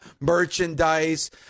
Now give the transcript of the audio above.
merchandise